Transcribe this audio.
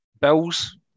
Bills